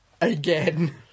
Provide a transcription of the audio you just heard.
again